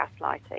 gaslighting